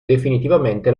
definitivamente